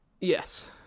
Yes